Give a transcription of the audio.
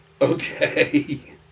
Okay